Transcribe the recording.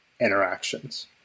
interactions